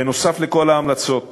נוסף על כל ההמלצות